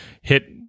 hit